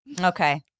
Okay